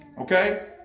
Okay